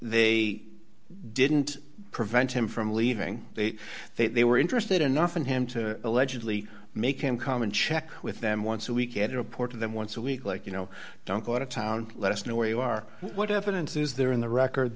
they didn't prevent him from leaving they were interested enough in him to allegedly make him come and check with them once a week at a report and then once a week like you know don't go out of town let us know where you are what evidence is there in the record